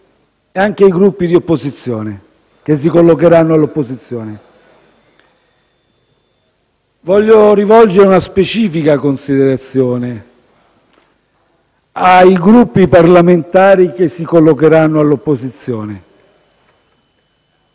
e anche ai Gruppi che si collocheranno all'opposizione. Voglio rivolgere una specifica considerazione ai Gruppi parlamentari che si collocheranno all'opposizione.